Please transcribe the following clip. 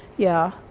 yeah.